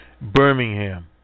Birmingham